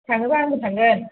थाङोबा आंबो थांगोन